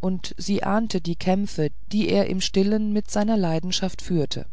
und sie ahnte die kämpfe die er im stillen mit seiner leidenschaft führte